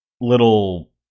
little